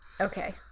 okay